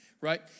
right